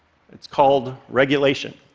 it's called regulation.